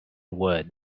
wood